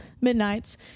Midnights